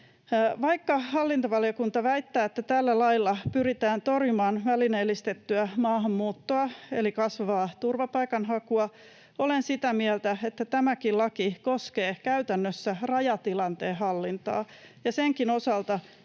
Vaikka hallintovaliokunta väittää, että tällä lailla pyritään torjumaan välineellistettyä maahanmuuttoa eli kasvavaa turvapaikanhakua, olen sitä mieltä, että tämäkin laki koskee käytännössä rajatilanteen hallintaa ja senkin osalta